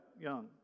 young